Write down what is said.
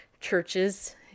churches